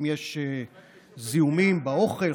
אם יש זיהומים באוכל,